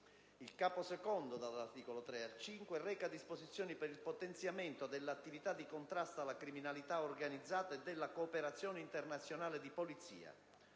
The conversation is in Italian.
Il capo II (dall'articolo 3 all'articolo 5) reca disposizioni per il potenziamento dell'attività di contrasto alla criminalità organizzata e della cooperazione internazionale di polizia.